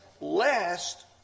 lest